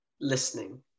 listening